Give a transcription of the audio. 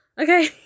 okay